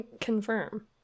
confirm